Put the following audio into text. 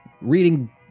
reading